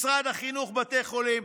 משרד החינוך, בתי חולים?